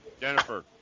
Jennifer